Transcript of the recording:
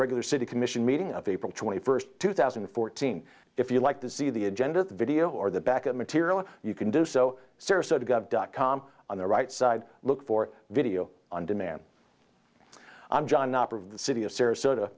regular city commission meeting of april twenty first two thousand and fourteen if you like to see the agenda video or the back of material you can do so sarasota gov dot com on the right side look for video on demand i'm john city of sarasota